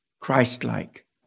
Christ-like